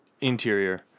interior